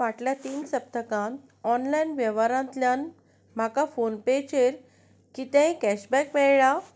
फाटल्या तीन सप्तकांत ऑनलायन वेव्हारांतल्यान म्हाका फोनपेचेर कितेंय कॅशबॅक मेळ्ळा